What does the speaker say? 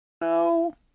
No